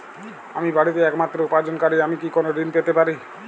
আমি বাড়িতে একমাত্র উপার্জনকারী আমি কি কোনো ঋণ পেতে পারি?